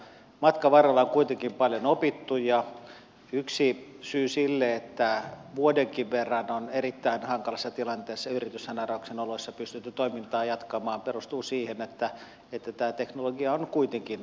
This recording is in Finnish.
matkan varrella on kuitenkin paljon opittu ja yksi syy siihen että vuodenkin verran on erittäin hankalassa tilanteessa yrityssaneerauksen oloissa pystytty toimintaa jatkamaan perustuu siihen että tämä teknologia on kuitenkin toiminut